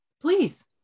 Please